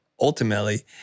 ultimately